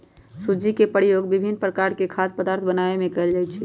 सूज्ज़ी के प्रयोग विभिन्न प्रकार के खाद्य पदार्थ बनाबे में कयल जाइ छै